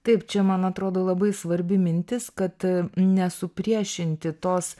taip čia man atrodo labai svarbi mintis kad nesupriešinti tos